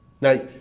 now